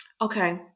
Okay